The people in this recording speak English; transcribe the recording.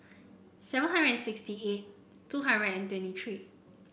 seven hundred and sixty eight two hundred and twenty three